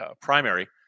primary